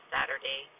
Saturday